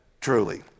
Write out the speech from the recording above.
truly